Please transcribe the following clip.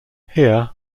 here